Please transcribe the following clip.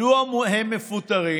מדוע הם מפוטרים?